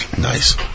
Nice